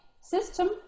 system